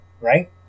Right